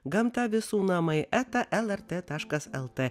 gamta visų namai eta lrt taškas lt